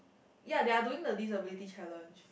ya they're doing the disability challenge